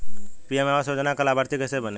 PM आवास योजना का लाभर्ती कैसे बनें?